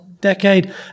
decade